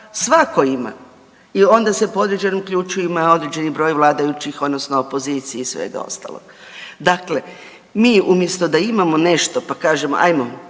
svako ima i ona se po određenim ključevima određeni broj vladajućih odnosno opozicije i svega ostalog. Dakle, mi umjesto da imamo nešto pa kažemo ajmo